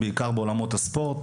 בעיקר בעולמות הספורט,